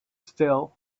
still